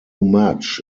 much